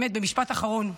באמת במשפט אחרון,